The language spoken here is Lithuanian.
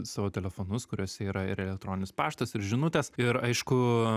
savo telefonus kuriuose yra ir elektroninis paštas ir žinutės ir aišku